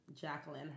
jacqueline